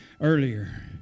earlier